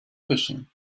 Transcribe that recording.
fishing